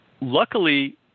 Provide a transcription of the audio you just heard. Luckily